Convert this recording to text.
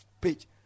page